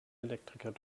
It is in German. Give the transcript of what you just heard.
elektriker